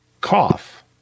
cough